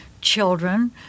children